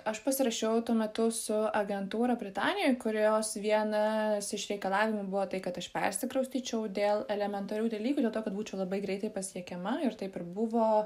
aš pasirašiau tuo metu su agentūra britanijoj kurios viena iš reikalavimų buvo tai kad aš persikraustyčiau dėl elementarių dalykų dėl to kad būčiau labai greitai pasiekiama ir taip ir buvo